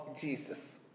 Jesus